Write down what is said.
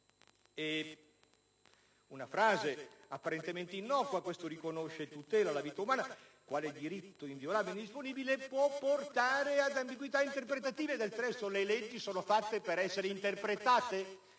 Una frase apparentemente innocua "riconosce e tutela la vita umana quale diritto inviolabile e indisponibile" può portare ad ambiguità interpretative del testo. Le leggi sono fatte per essere interpretate